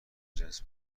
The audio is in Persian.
جنس